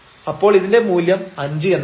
അപ്പോൾ ഇതിന്റെ മൂല്യം 5 എന്നാണ്